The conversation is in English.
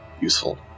useful